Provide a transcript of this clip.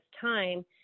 time